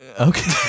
Okay